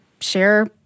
share